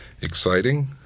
exciting